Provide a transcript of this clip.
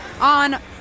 On